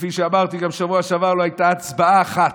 כפי שאמרתי גם בשבוע שעבר, לא הייתה הצבעה אחת,